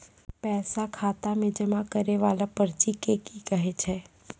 पैसा खाता मे जमा करैय वाला पर्ची के की कहेय छै?